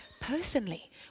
personally